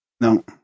No